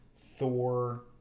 Thor